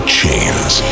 chains